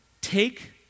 take